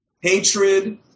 Hatred